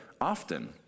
often